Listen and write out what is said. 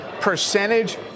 percentage